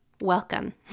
welcome